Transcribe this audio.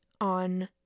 on